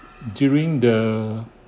during the